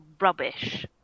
rubbish